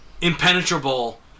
impenetrable